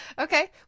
Okay